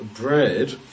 bread